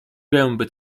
gęby